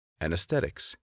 anesthetics